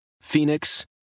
Phoenix